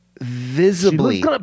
visibly